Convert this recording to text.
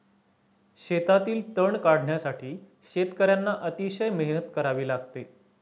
शेतातील तण काढण्यासाठी शेतकर्यांना अतिशय मेहनत करावी लागते